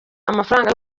amafaranga